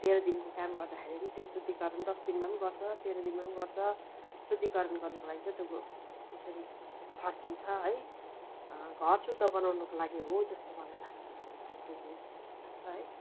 तेह्र दिनको काम गर्दाखेरि पनि त्यो शुद्धीकरण दस दिनमा पनि गर्छ तेह्र दिनमा पनि गर्छ शुद्धीकरण गर्नुको लागि चाहिँ त्यो त्यसरी छर्किन्छ है घर शुद्ध बनाउनुको लागि हो जस्तो मलाई लाग्छ मलाई अब त्यो चाहिँ त्यस्तो लाग्छ है